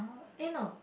eh no